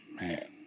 man